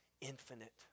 infinite